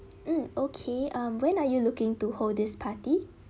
mm okay um when are you looking to hold this party